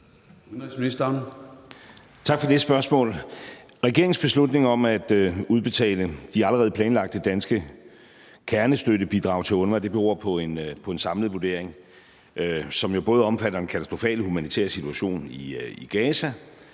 Tak for det spørgsmål. Regeringens beslutning om at udbetale de allerede planlagte danske kernestøttebidrag til UNRWA beror på en samlet vurdering, som jo både omfatter den katastrofale humanitære situation i Gaza,